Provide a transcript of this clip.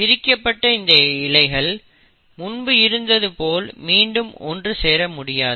பிரிக்கப்பட்ட இந்த இழைகள் முன்பு இருந்தது போல் மீண்டும் ஒன்று சேர முடியாது